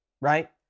right